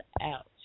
out